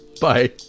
Bye